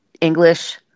English